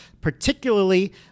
particularly